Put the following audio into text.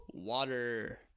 Water